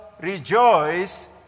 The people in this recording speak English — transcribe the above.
rejoice